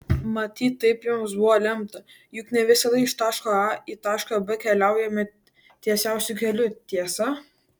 matyt taip jiems buvo lemta juk ne visada iš taško a į tašką b keliaujame tiesiausiu keliu tiesa